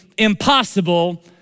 impossible